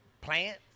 plant